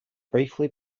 briefly